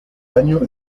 año